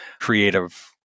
creative